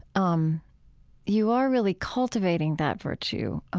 um you are really cultivating that virtue.